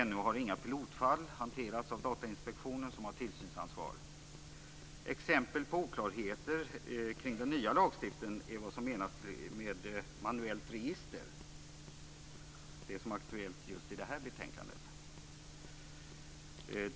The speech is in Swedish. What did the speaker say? Ännu har inga pilotfall hanterats av Datainspektionen som har tillsynsansvaret. Exempel med oklarheter i den nya lagstiftningen är vad som menas med manuellt register - det som är aktuellt i just det här betänkandet.